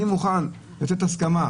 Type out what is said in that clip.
אני מוכן לתת הסכמה,